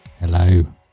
Hello